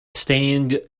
stained